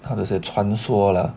how to say 传说 lah